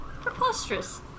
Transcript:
preposterous